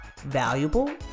valuable